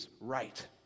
right